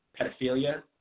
pedophilia